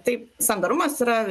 taip sandarumas yra